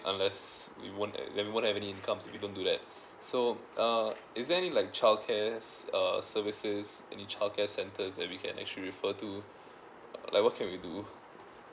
unless we won't we won't have incomes if we don't do that so uh is there any like childcare uh services any childcare centre that we can actually refer to like what can we do